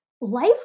life